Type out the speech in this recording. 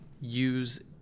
use